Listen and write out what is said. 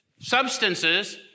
substances